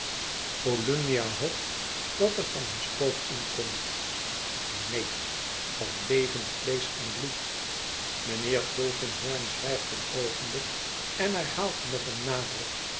volumnia hoopt dat er van een spook in komt neen van levend vleesch en bloed mijnheer tulkinghorn zwijgt een oogenblik en herhaalt met een nadruk